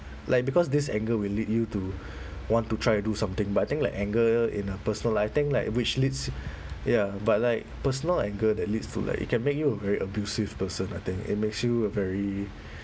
like because this anger will lead you to want to try to do something but I think like anger in a personal like I think like which leads ya but like personal anger that leads to like it can make you a very abusive person I think it makes you a very